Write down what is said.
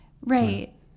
Right